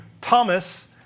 Thomas